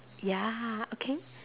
ya okay